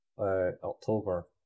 October